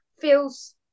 feels